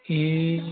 ए